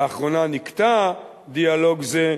לאחרונה נקטע דיאלוג זה,